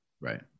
right